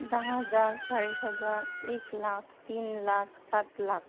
दहा हजार चाळीस हजार एक लाख तीन लाख सात लाख